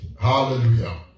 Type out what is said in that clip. Hallelujah